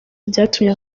byatumye